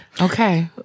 Okay